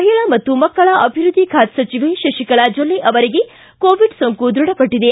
ಮಹಿಳಾ ಮತ್ತು ಮಕ್ಕಳ ಅಭಿವೃದ್ಧಿ ಖಾತೆ ಸಚಿವೆ ಶಶಿಕಲಾ ಜೊಲ್ಲೆ ಅವರಿಗೆ ಕೊಎಡ್ ಸೋಂಕು ಧೃಡಪಟ್ಟದೆ